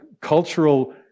cultural